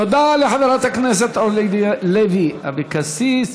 תודה לחברת הכנסת אורלי לוי אבקסיס.